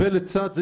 לצד זה,